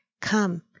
come